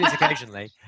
occasionally